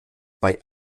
bei